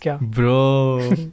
bro